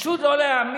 פשוט לא להאמין.